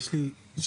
יש לי שאלה.